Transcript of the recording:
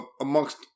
Amongst